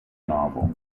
novel